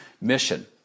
mission